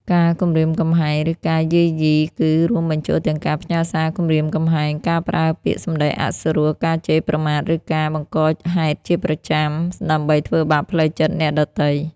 ការគំរាមកំហែង ឬការយាយីគឺ រួមបញ្ចូលទាំងការផ្ញើសារគំរាមកំហែង ការប្រើពាក្យសំដីអសុរោះ ការជេរប្រមាថ ឬការបង្កហេតុជាប្រចាំដើម្បីធ្វើបាបផ្លូវចិត្តអ្នកដទៃ។